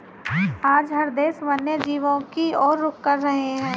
आज हर देश वन्य जीवों की और रुख कर रहे हैं